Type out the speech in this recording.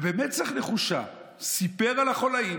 ובמצח נחושה סיפר על החוליים,